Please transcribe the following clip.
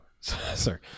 Sorry